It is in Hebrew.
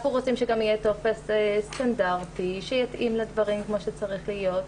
אנחנו גם רוצים שיהיה טופס סטנדרטי שיתאים לדברים כמו שצריך להיות.